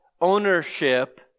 ownership